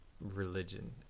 religion